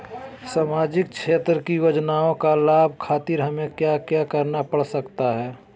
सामाजिक क्षेत्र की योजनाओं का लाभ खातिर हमें क्या क्या करना पड़ सकता है?